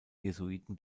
jesuiten